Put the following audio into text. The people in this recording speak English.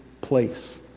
place